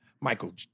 Michael